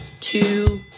two